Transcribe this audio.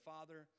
Father